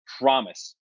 promise